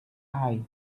eye